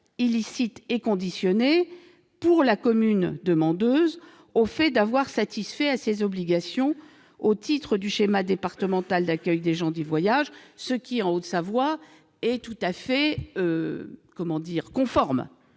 illicites est conditionnée, pour la commune demandeuse, au fait d'avoir satisfait à ses obligations au titre du schéma départemental d'accueil des gens du voyage- c'est tout à fait le